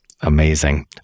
Amazing